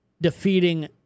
defeating